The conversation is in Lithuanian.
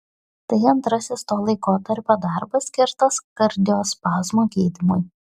tai antrasis to laikotarpio darbas skirtas kardiospazmo gydymui